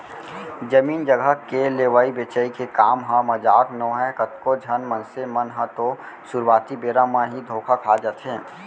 जमीन जघा के लेवई बेचई के काम ह मजाक नोहय कतको झन मनसे मन ह तो सुरुवाती बेरा म ही धोखा खा जाथे